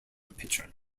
pitcher